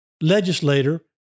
legislator